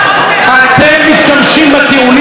אתם משתמשים בטיעונים החבוטים של גזענות,